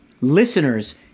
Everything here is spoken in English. listeners